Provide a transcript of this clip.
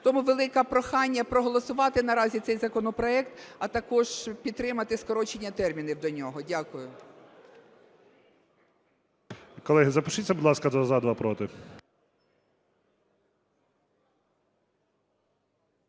Тому велике прохання проголосувати наразі цей законопроект, а також підтримати скорочення термінів до нього. Дякую.